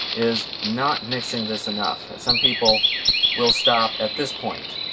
is not mixing this enough. some people will stop at this point,